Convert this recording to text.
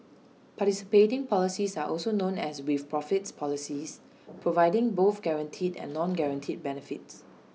participating policies are also known as with profits policies providing both guaranteed and non guaranteed benefits